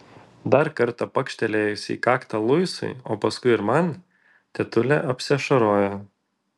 dar kartą pakštelėjusi į kaktą luisui o paskui ir man tetulė apsiašaroja